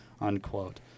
unquote